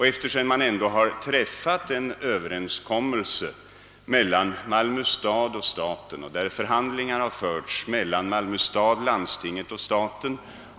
Det har träffats en överenskommelse mellan Malmö stad och staten och det har förts förhandlingar mellan Malmö stad, landstinget och staten.